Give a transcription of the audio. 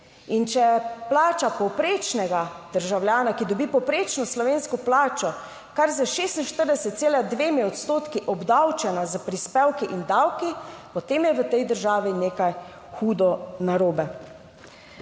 če plača povprečnega državljana, ki dobi povprečno slovensko plačo, kar s 46,2 odstotki obdavčena s prispevki in davki, potem je v tej državi nekaj hudo narobe.